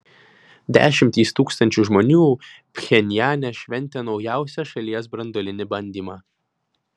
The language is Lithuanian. dešimtys tūkstančių žmonių pchenjane šventė naujausią šalies branduolinį bandymą